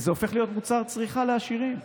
זה הופך להיות מוצר צריכה לעשירים.